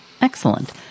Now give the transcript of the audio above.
Excellent